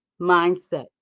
mindset